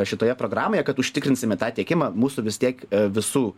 šitoje programoje kad užtikrinsime tą tiekimą mūsų vis tiek visų